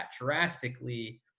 drastically